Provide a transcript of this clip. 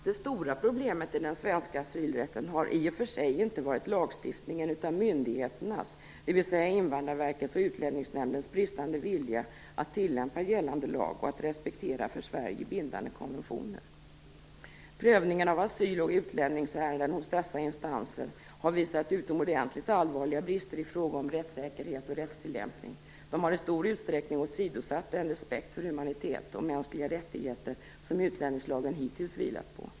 Det stora problemet i den svenska asylrätten har i och för sig inte varit lagstiftningen utan myndigheternas - dvs. Invandrarverkets och Utlänningsnämndens - bristande vilja att tillämpa gällande lag och att respektera för Sverige bindande konventioner. Prövningen av asyl och utlänningsärenden hos dessa instanser har visat utomordentligt allvarliga brister i fråga om rättssäkerhet och rättstillämpning. De har i stor utsträckning åsidosatt den respekt för humanitet och mänskliga rättigheter som utlänningslagen hittills har vilat på.